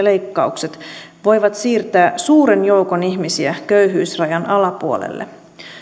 leikkaukset voivat siirtää suuren joukon ihmisiä köyhyysrajan alapuolelle